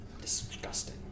Disgusting